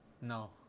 No